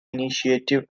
initiative